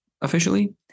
officially